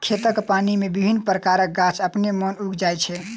खेतक पानि मे विभिन्न प्रकारक गाछ अपने मोने उगि जाइत छै